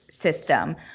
system